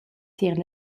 tier